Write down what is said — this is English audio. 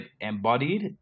embodied